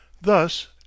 thus